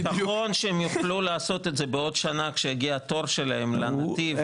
נכון שהם יכלו לעשות את זה בעוד שנה כשיגיע התור שלהם בנתיב,